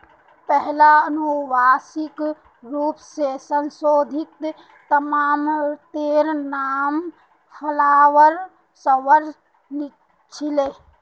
पहिला अनुवांशिक रूप स संशोधित तमातेर नाम फ्लावर सवर छीले